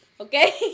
Okay